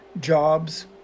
jobs